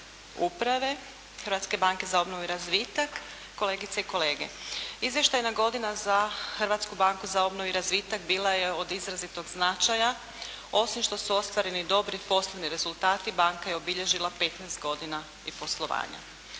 uprave Hrvatske banke za obnovu i razvitak, kolegice i kolege. Izvještajna godina za Hrvatsku banku za obnovu i razvitak bila je od izrazitog značaja. Osim što su ostvareni dobri poslovni rezultati banka je obilježila 15 godina i poslovanja.